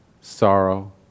sorrow